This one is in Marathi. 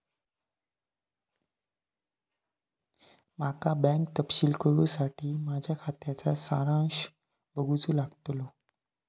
माका बँक तपशील कळूसाठी माझ्या खात्याचा सारांश बघूचो लागतलो